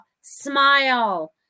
smile